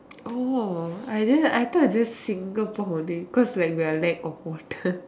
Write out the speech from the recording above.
oh I I just thought is just Singapore only cause like we are lack of water